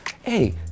hey